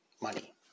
money